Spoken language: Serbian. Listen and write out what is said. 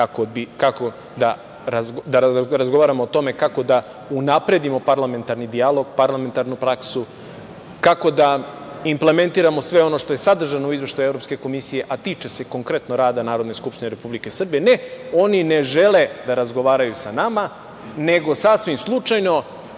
da razgovaramo o tome kako da unapredimo parlamentarni dijalog, parlamentarnu praksu, kako da implementiramo sve ono što je sadržano u izveštaju Evropske komisije, a tiče se konkretno rada Narodne skupštine Republike Srbije. Ne, oni ne žele da razgovaraju sa nama, nego sasvim slučajno